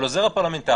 אבל העוזר הפרלמנטרי,